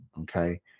Okay